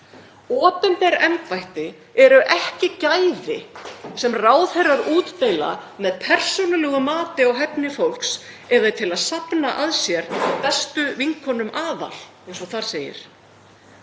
Opinber embætti eru ekki gæði sem ráðherrar útdeila með persónulegu mati á hæfni fólks til að safna að sér bestu vinkonum aðal,